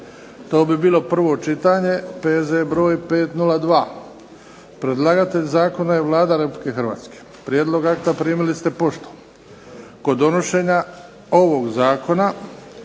građana, prvo čitanje, P.Z. br. 502 Predlagatelj zakona je Vlada Republike Hrvatske. Prijedlog akta primili ste poštom. Kod donošenja ovog zakona